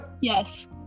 Yes